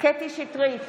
קטי קטרין שטרית,